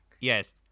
Yes